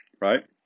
right